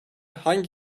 hangi